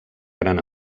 gran